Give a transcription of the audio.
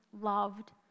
loved